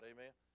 Amen